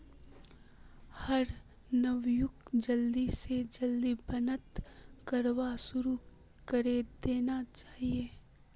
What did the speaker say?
हर नवयुवाक जल्दी स जल्दी बचत करवार शुरू करे देना चाहिए